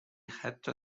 حتی